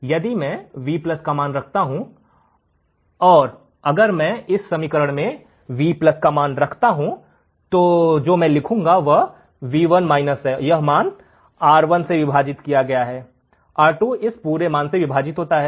अब यदि मैं V के मान को रखता हूं अगर मैं इस समीकरण में V के मान को रखता हूं तो मैं जो लिखूंगा वह V1 है यह मान R1 से विभाजित किया गया है R2 इस पूरे मान से विभाजित होता है